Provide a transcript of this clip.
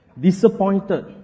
disappointed